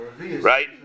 Right